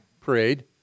parade